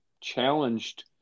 challenged